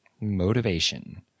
Motivation